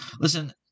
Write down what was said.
Listen